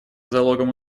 залогом